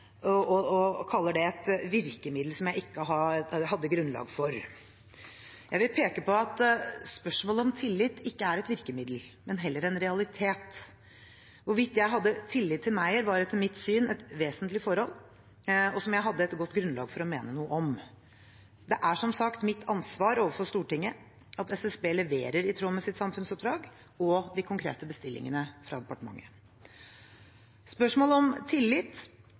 og kaller det «et virkemiddel» som jeg «ikke har grunnlag for». Jeg vil peke på at spørsmålet om tillit ikke er et virkemiddel, men heller en realitet. Hvorvidt jeg hadde tillit til Meyer, var etter mitt syn et vesentlig forhold, og som jeg hadde et godt grunnlag for å mene noe om. Det er som sagt mitt ansvar overfor Stortinget at SSB leverer i tråd med sitt samfunnsoppdrag og de konkrete bestillingene fra departementet. Spørsmålet om tillit